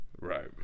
Right